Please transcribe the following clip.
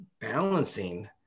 balancing